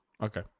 Okay